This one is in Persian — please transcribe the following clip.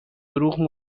دروغگو